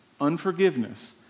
Unforgiveness